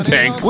Tank